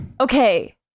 Okay